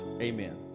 Amen